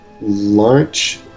Lunch